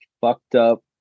fucked-up